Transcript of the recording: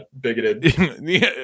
bigoted